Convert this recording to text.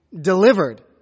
delivered